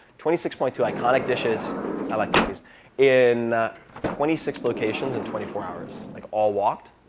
twenty six point two iconic dishes i like cookies in twenty six locations in twenty four hours, like all walked.